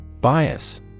Bias